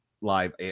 live